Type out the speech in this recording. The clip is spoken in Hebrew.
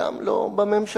גם לא בממשלה,